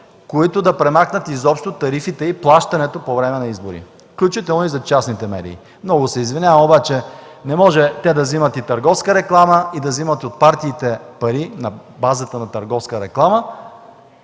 които да премахнат тарифите и въобще плащането по време на изборите, включително и за частните медии. Много се извинявам, но те не могат да вземат и от търговска реклама, да взимат и от партиите пари на базата на търговска реклама